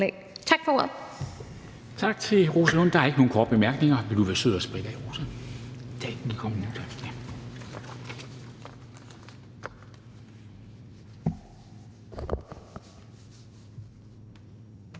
Tak for ordet.